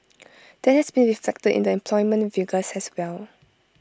that has been reflected in the employment figures as well